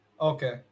Okay